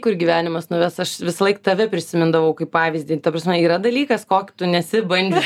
kur gyvenimas nuves aš visąlaik tave prisimindavau kaip pavyzdį ta prasme yra dalykas kok tu nesi bandžius